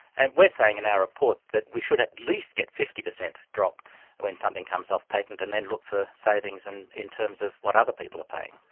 and we're saying in our report that we should at least get a fifty percent drop when something comes off patent and then look for savings and in terms of what other people are paying.